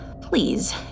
Please